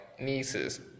nieces